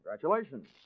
Congratulations